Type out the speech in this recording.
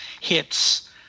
hits